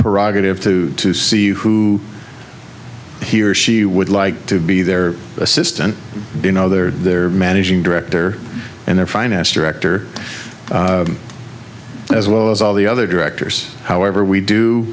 derogative to to see who he or she would like to be their assistant you know they're there managing director and their finance director as well as all the other directors however we do